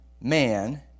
man